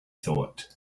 thought